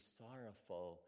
sorrowful